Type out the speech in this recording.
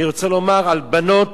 אני רוצה לומר על בנות,